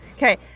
Okay